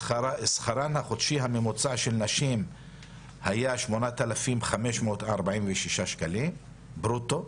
ושכרן החודשי הממוצע של נשים היה 8,546 שקלים ברוטו,